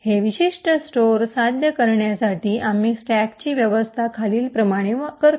हे विशिष्ट स्टोअर साध्य करण्यासाठी आम्ही स्टॅकची व्यवस्था खालीलप्रमाणे करतो